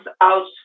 out